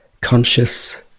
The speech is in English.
conscious